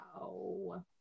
Wow